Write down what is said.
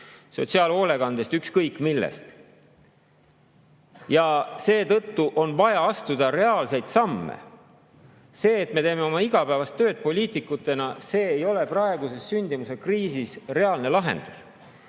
sotsiaalhoolekandest, ükskõik millest. Seetõttu on vaja astuda reaalseid samme. See, et me teeme oma igapäevast tööd poliitikutena, ei ole praeguses sündimuskriisis reaalne lahendus.